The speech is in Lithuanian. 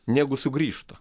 negu sugrįžta